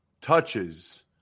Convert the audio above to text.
touches